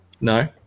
No